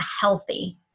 healthy